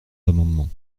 amendements